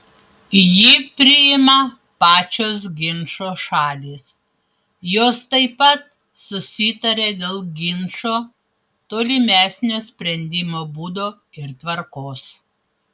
jį priima pačios ginčo šalys jos taip pat susitaria dėl ginčo tolimesnio sprendimo būdo ir tvarkos